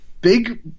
big